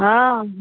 हँ